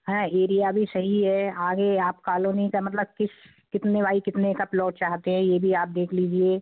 हाँ एरिया भी सही है आगे आप कालोनी का मतलब किस कितने बाई कितने का प्लोट चाहते हैं ये भी आप देख लीजिए